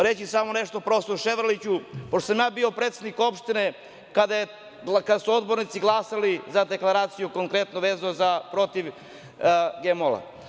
Reći ću samo nešto profesoru Ševarliću, pošto sam ja bio predsednik opštine kada su odbornici glasali za deklaraciju, konkretno vezano za-protiv GMO